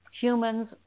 humans